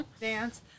dance